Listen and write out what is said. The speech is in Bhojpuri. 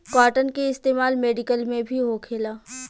कॉटन के इस्तेमाल मेडिकल में भी होखेला